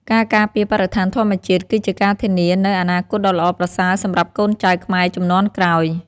ការការពារបរិស្ថានធម្មជាតិ គឺជាការធានានូវអនាគតដ៏ល្អប្រសើរសម្រាប់កូនចៅខ្មែរជំនាន់ក្រោយ។